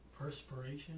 perspiration